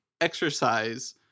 exercise